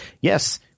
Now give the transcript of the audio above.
Yes